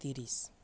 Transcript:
ତିରିଶ